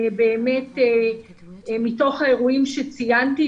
מתוך האירועים שציינתי,